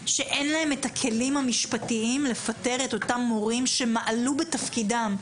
שאין להם הכלים המשפטיים לפטר את אותם מורים שמעלו בתפקידם,